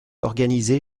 organisé